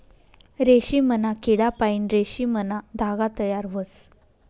रेशीमना किडापाईन रेशीमना धागा तयार व्हस